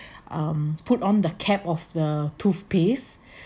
um put on the cap of the toothpaste